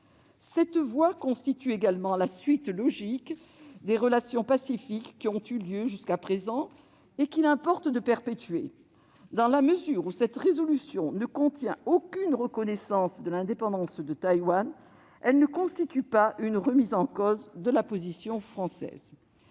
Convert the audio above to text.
Cette voie constitue également la suite logique des relations pacifiques qui prédominent jusqu'à présent et qu'il importe de perpétuer. Dans la mesure où cette proposition de résolution ne comporte aucune reconnaissance de l'indépendance de Taïwan, elle ne constitue pas une remise en cause de la position française.